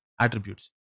attributes